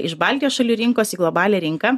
iš baltijos šalių rinkos į globalią rinką